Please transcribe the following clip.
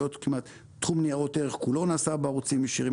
תחום ניירות ערך כולו נעשה בערוצים ישירים,